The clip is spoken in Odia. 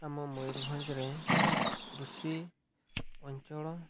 ଆମ ମୟୁରଭଞ୍ଜରେ କୃଷି ଅଞ୍ଚଳ